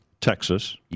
Texas